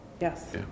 Yes